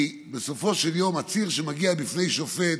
כי בסופו של יום, עציר שמגיע בפני שופט,